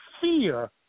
fear